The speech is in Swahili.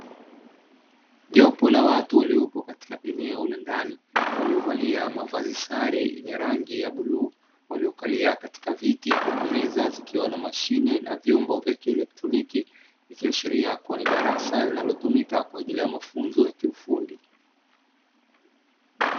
Jopo la watu waliopo katika eneo la ndani waliovalia mavazi sare yenye rangi ya bluu, waliokalia katika viti huku meza zikiwa na mashine na vyombo vya kieletroniki, ikiashiria kuwa ni darasa linalotumika kwa ajili ya mafunzo ya kiufundi.